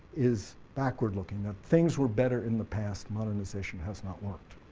is backward looking, that things were better in the past, modernization has not worked.